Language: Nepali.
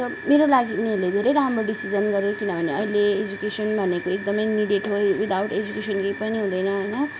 मेरो लागि उनीहरूले धेरै राम्रो डिसिसन गरे किनभने अहिले एजुकेसन भनेको एकदमै निडेड हो विदाउट एजुकेसन केही पनि हुँदैन होइन